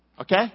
Okay